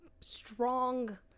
strong